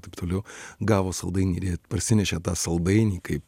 taip toliau gavo saldainį ir jie parsinešė tą saldainį kai